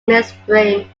mainstream